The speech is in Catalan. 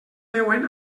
veuen